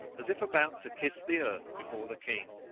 as if about to kiss the earth before the king.